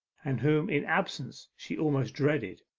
and whom in absence she almost dreaded,